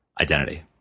identity